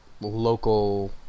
local